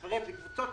אלו קבוצות